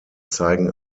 zeigen